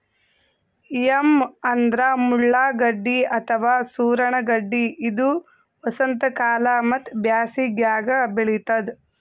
yam ಅಂದ್ರ ಮುಳ್ಳಗಡ್ಡಿ ಅಥವಾ ಸೂರಣ ಗಡ್ಡಿ ಇದು ವಸಂತಕಾಲ ಮತ್ತ್ ಬ್ಯಾಸಿಗ್ಯಾಗ್ ಬೆಳಿತದ್